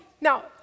Now